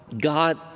God